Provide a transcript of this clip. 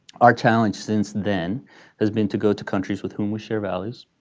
our challenge since then has been to go to countries with whom we share values,